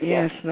Yes